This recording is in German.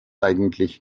eigentlich